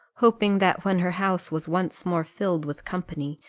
hoping that when her house was once more filled with company,